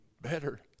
better